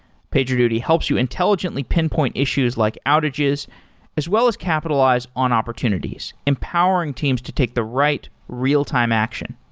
pagerduty helps you intelligently pinpoint issues like outages as well as capitalize on opportunities empowering teams to take the right real-time action.